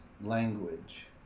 language